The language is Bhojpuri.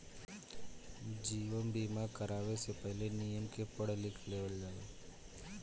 जीवन बीमा करावे से पहिले, नियम के पढ़ लिख लिह लोग